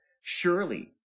Surely